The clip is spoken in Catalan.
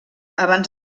abans